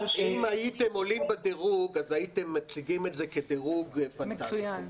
ש --- אם הייתם עולים בדירוג אז הייתם מציגים את זה כדירוג פנטסטי,